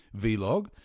vlog